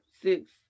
six